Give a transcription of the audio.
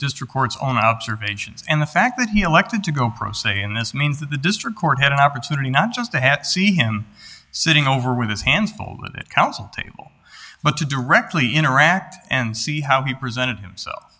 district courts on observations and the fact that he elected to go pro se and this means that the district court had an opportunity not just to hat see him sitting over with his hands folded it counsel table but to directly interact and see how he presented himself